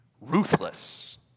Ruthless